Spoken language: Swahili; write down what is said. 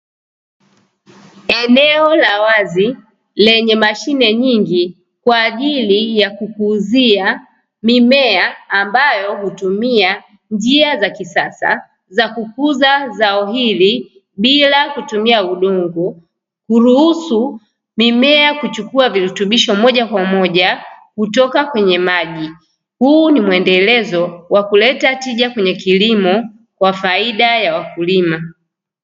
Eneo la wazi lenye mashine nyingi, kwaajili ya kukuzia mimea, ambayo hutumia njia za kisasa za kukuza zao hili bila kutumia udongo, huruhusu mimea kuchukuwa virutubisho moja kwa moja kutoka kwenye maji. Huu ni mwendelezo wa kuleta tija kwenye kilimo kwa faida ya wakulima.